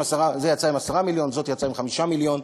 זה יצא עם 10 מיליון, זאת יצאה עם 5 מיליון.